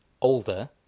older